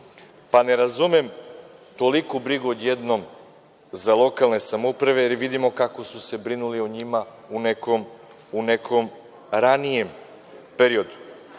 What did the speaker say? pa, ne razumem toliku brigu odjednom za lokalne samouprave, jer vidimo kako su se brinuli o njima u nekom ranije